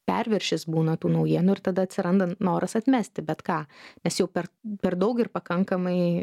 perviršis būna tų naujienų ir tada atsiranda noras atmesti bet ką nes jau per per daug ir pakankamai